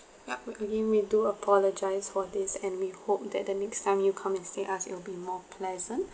yup again we do apologise for this and we hope that the next time you come and stay us it will be more pleasant